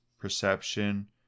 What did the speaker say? perception